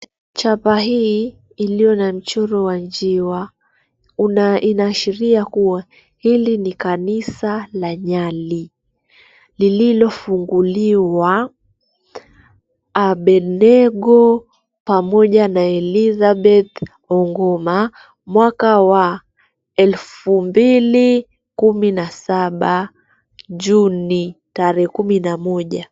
Chapaa hii iliyo na mchoro wa njiwa inaashiria kuwa hili ni kanisa la Nyali lililofunguliwa Abednego pamoja na Elizabeth Ongoma mwaka wa elfu mbili kumi na saba juni tarehe kumi na moja.